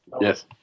Yes